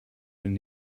been